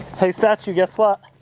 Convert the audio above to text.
hey, statue, guess what?